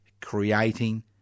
creating